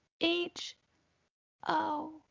H-O